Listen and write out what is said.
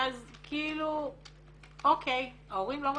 אז אוקיי, ההורים לא מרוצים.